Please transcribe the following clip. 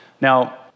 Now